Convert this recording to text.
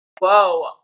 whoa